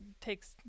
takes